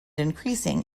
increasing